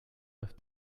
have